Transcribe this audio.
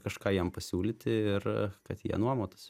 kažką jiem pasiūlyti ir kad jie nuomotųsi